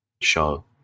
show